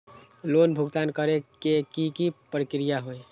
Loan भुगतान करे के की की प्रक्रिया होई?